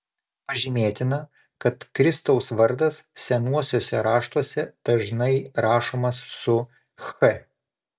pažymėtina kad kristaus vardas senuosiuose raštuose dažnai rašomas su ch